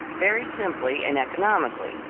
very simply and economically,